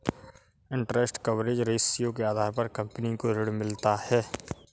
interest coverage ratio के आधार पर कंपनी को ऋण मिलता है